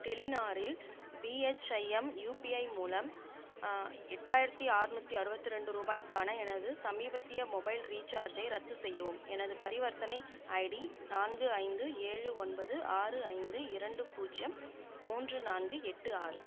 டெலிநாரில் BHIM UPI மூலம் எட்டாயிரத்தி ஆறுநூத்தி அறுபத்தி ரெண்டு ரூபாய்க்கான எனது சமீபத்திய மொபைல் ரீசார்ஜை ரத்து செய்யவும் எனது பரிவர்த்தனை ஐடி நான்கு ஐந்து ஏழு ஒன்பது ஆறு ஐந்து இரண்டு பூஜ்யம் மூன்று நான்கு எட்டு ஆறு